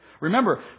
Remember